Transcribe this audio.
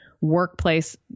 workplace